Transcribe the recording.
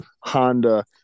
Honda